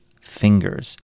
fingers